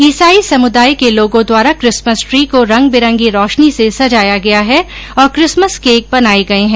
ईसाई समुदाय के लोगों द्वारा क्रिसमस ट्री को रंग बिरंगी रोशनी से सजाया गया है और किसमस केक बनाये गये है